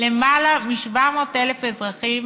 למעלה מ-700,000 אזרחים